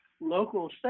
local